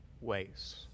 ways